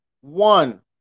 one